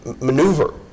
maneuver